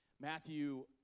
Matthew